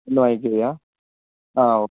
ഇന്ന് വൈകിട്ടേക്കാണോ അ ഓക്കെ